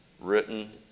written